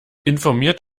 informiert